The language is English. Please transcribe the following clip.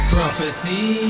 Prophecy